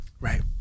Right